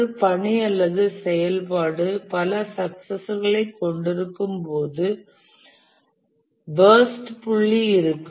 ஒரு பணி அல்லது செயல்பாடு பல சக்சசர்களைக் கொண்டிருக்கும் போது பர்ஸ்ட் புள்ளி இருக்கும்